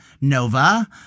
Nova